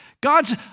God's